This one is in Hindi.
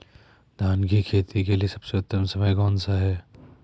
धान की खेती के लिए सबसे उत्तम समय कौनसा है?